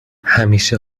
همیشه